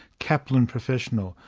kaplan professional,